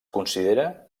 considera